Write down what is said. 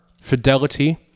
fidelity